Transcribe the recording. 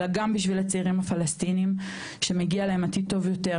אלא גם בשביל הצעירים הפלסטינים שמגיע להם עתיד טוב יותר,